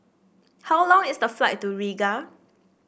how long is the flight to Riga